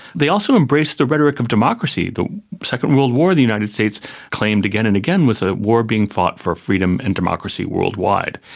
they also embraced the rhetoric of democracy. the second world war, the united states claimed again and again, was a war being fought for freedom and democracy worldwide,